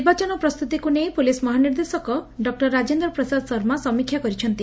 ନିର୍ବାଚନ ପ୍ରସ୍ତୁତିକୁ ନେଇ ପୁଲିସ୍ ମହାନିର୍ଦ୍ଦେଶକ ଡକ୍ଟର ରାଜେନ୍ଦ ପ୍ରସାଦ ଶର୍ମା ସମୀକ୍ଷା କରିଛନ୍ତି